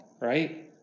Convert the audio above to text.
right